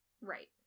Right